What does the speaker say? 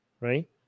right